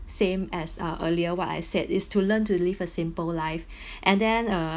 same as uh earlier what I said is to learn to live a simple life and then uh